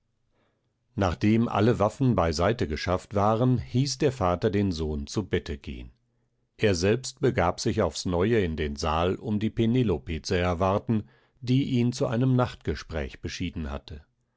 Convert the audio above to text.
nachdem alle waffen beiseite geschafft waren hieß der vater den sohn zu bette gehen er selbst begab sich aufs neue in den saal um die penelope zu erwarten die ihn zu einem nachtgespräch beschieden hatte